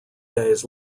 days